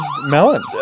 melon